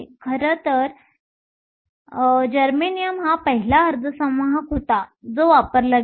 खरं तर जर्मेनियम हा पहिला अर्धसंवाहक होता जो वापरला गेला